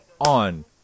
on